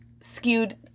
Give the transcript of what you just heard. skewed